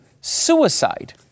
suicide